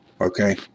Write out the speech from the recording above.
Okay